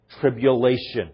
tribulation